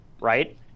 right